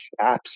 apps